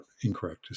incorrect